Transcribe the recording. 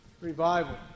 Revival